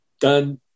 done